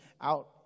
out